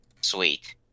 Sweet